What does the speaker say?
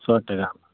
सए टका मे